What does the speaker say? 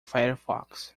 firefox